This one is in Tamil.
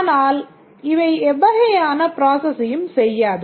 ஆனால் இவை எவ்வகையான Process ஐயும் செய்யாது